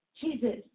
Jesus